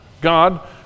God